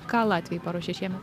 ką latviai paruošė šiemet